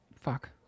Fuck